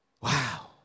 Wow